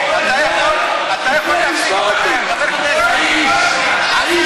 תעמוד בפרופיל שנייה, אנחנו רוצים, עיסאווי,